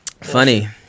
Funny